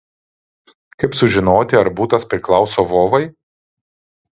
kaip sužinoti ar butas priklauso vovai